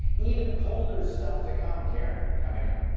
even colder stuff to come, karen, coming up.